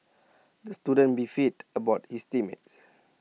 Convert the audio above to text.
the student beefed about his team mates